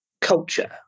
culture